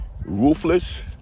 Ruthless